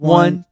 one